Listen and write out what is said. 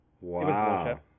Wow